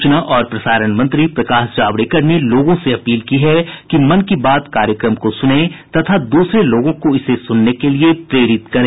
सूचना और प्रसारण मंत्री प्रकाश जावडेकर ने लोगों से अपील की है कि मन की बात कार्यक्रम को सुनें तथा दूसरे लोगों को इसे सुनने के लिए प्रेरित करें